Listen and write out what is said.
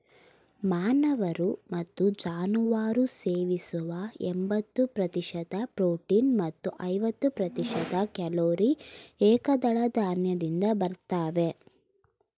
ಮಾನವರು ಮತ್ತು ಜಾನುವಾರು ಸೇವಿಸುವ ಎಂಬತ್ತು ಪ್ರತಿಶತ ಪ್ರೋಟೀನ್ ಮತ್ತು ಐವತ್ತು ಪ್ರತಿಶತ ಕ್ಯಾಲೊರಿ ಏಕದಳ ಧಾನ್ಯದಿಂದ ಬರ್ತವೆ